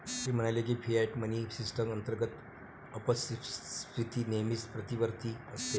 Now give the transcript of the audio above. ते म्हणाले की, फियाट मनी सिस्टम अंतर्गत अपस्फीती नेहमीच प्रतिवर्ती असते